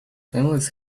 families